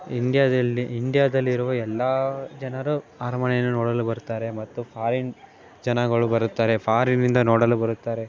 ಇಂಡಿಯಾದಲ್ಲಿ ಇಂಡಿಯಾದಲ್ಲಿರುವ ಎಲ್ಲ ಜನರು ಅರಮನೆಯನ್ನು ನೋಡಲು ಬರುತ್ತಾರೆ ಮತ್ತು ಫಾರಿನ್ ಜನಗಳು ಬರುತ್ತಾರೆ ಪಾರಿನ್ನಿಂದ ನೋಡಲು ಬರುತ್ತಾರೆ